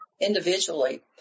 individually